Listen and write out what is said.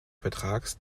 vertrags